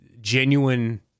genuine